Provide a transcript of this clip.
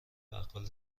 بقال